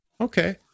Okay